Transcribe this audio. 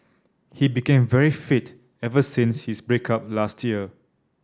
he became very fit ever since his break up last year